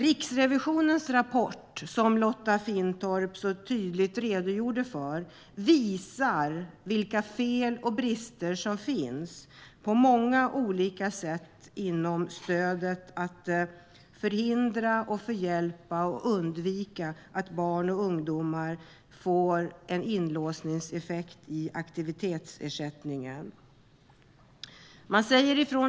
Riksrevisionens rapport, som Lotta Finstorp tydligt redogjorde för, visar vilka fel och brister det finns på många olika sätt när det gäller att förhindra och undvika en inlåsningseffekt för barn och ungdomar i aktivitetsersättningen.